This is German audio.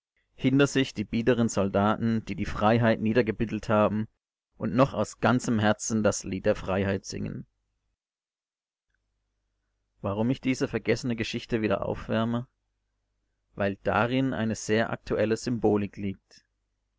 hinter sich die biederen soldaten die die freiheit niedergebüttelt haben und doch aus ganzem herzen das lied der freiheit singen warum ich diese vergessene geschichte wieder aufwärme weil darin eine sehr aktuelle symbolik liegt